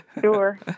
Sure